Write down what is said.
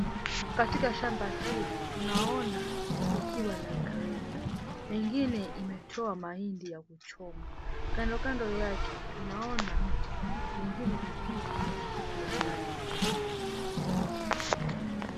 Katika shamba hili tunaona likiwa la green . Mengine imetoa mahindi ya kuchoma. Kando kando yake tunaona lingine likiwa na kitu ya black juu.